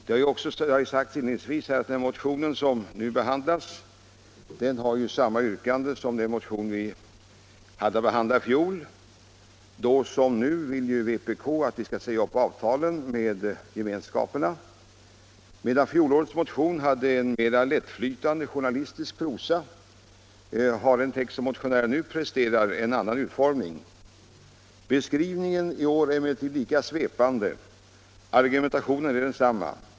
Det har inledningsvis i debatten sagts att den motion som nu behandlas innehåller samma yrkande som det som ställdes i motsvarande motion vi hade att behandla i fjol. Nu som då vill vpk säga upp avtalen med gemenskaperna. Medan fjolårets motion hade en mer lättflytande journalistisk prosa har den text som motionärerna nu presenterar en annan utformning. Beskrivningen i år är emellertid lika svepande och argumentationen är densamma.